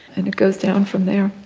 and it goes down from there.